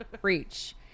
Preach